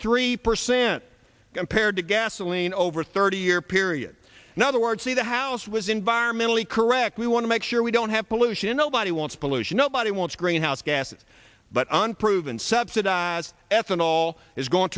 three percent compared to gasoline over thirty year period in other words see the house was environmentally correct we want to make sure we don't have pollution nobody wants pollution nobody wants greenhouse gases but unproven subsidize ethanol is going